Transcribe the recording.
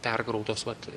perkrautos vat